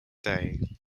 day